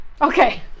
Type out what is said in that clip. okay